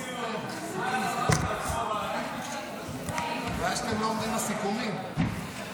שמה --- שייתכן מאוד שאנחנו מחרימים את ההצבעה.